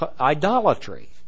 idolatry